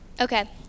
Okay